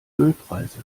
ölpreise